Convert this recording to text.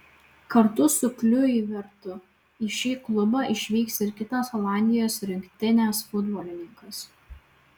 kartu su kliuivertu į šį klubą išvyks ir kitas olandijos rinktinės futbolininkas